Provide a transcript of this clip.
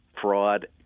fraud